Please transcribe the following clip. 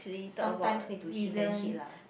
sometimes need to hit then hit lah